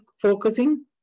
focusing